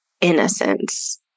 innocence